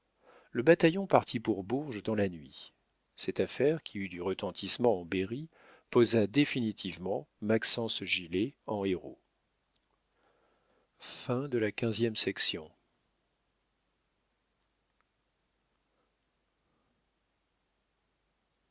le bataillon partit pour bourges dans la nuit cette affaire qui eut du retentissement en berry posa définitivement maxence gilet en héros